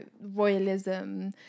royalism